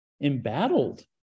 embattled